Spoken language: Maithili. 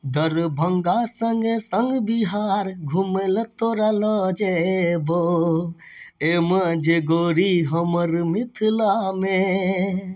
दरभंगा सङ्गे सङ्ग बिहार घुमै लऽ तोरा लऽ जेबौ एमे जे गोरी हमर मिथिलामे